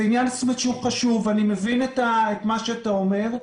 זה עניין שהוא חשוב ואני מבין את מה שאתה אומר.